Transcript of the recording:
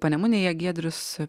panemunėje giedrius